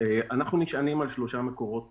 אנחנו נשענים על שלושה מקורות